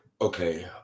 Okay